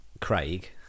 Craig